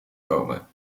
komen